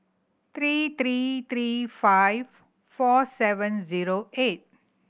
three three three five four seven zero eight